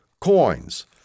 coins